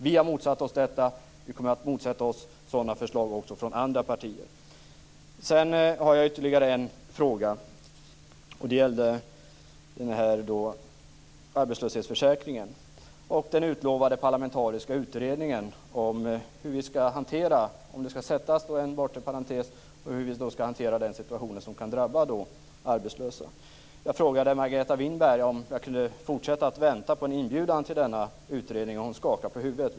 Vi har motsatt oss detta. Vi kommer att motsätta oss sådana förslag också från andra partier. Sedan har jag ytterligare en fråga. Det gäller arbetslöshetsförsäkringen och den utlovade parlamentariska utredningen om hur vi skall hantera det här. Skall det sättas en bortre parentes, och hur skall vi i så fall hantera den situation som kan drabba de arbetslösa? Jag frågade Margareta Winberg om jag skulle fortsätta att vänta på en inbjudan till denna utredning, och hon skakade på huvudet.